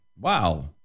Wow